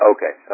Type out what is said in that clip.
Okay